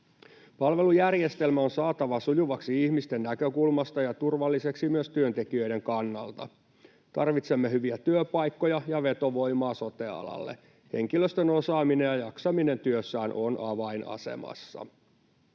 Palvelujärjestelmä on saatava sujuvaksi ihmisten näkökulmasta ja turvalliseksi myös työntekijöiden kannalta. Tarvitsemme hyviä työpaikkoja ja vetovoimaa sote-alalle. Henkilöstön osaaminen ja jaksaminen työssään ovat avainasemassa.